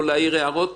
לא להעיר הערות.